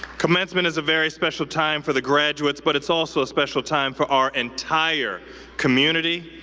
commencement is a very special time for the graduates, but it's also a special time for our entire community,